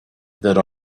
that